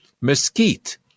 mesquite